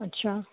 अच्छा